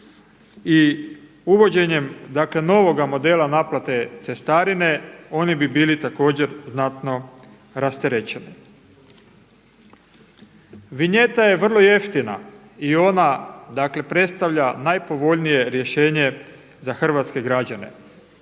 i uvođenjem dakle novoga modela naplate cestarine oni bi bili također znatno rasterećeni. Vinjeta je vrlo jeftina i ona dakle predstavlja najpovoljnije rješenje za hrvatske građane,